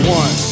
one